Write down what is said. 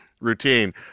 routine